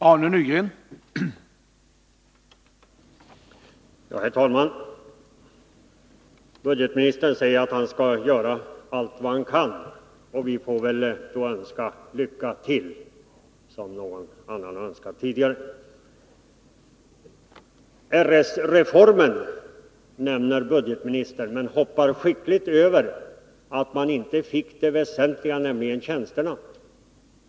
Herr talman! Budgetministern säger att han skall göra allt vad han kan, och vi får väl då önska lycka till — som någon annan har önskat tidigare. Budgetministern nämner RS-reformen men hoppar skickligt över att man inte fick det väsentliga, nämligen tjänsterna.